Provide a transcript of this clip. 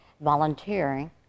volunteering